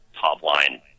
top-line